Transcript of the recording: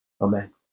Amen